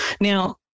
Now